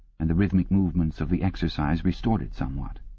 and the rhythmic movements of the exercise restored it somewhat.